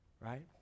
Right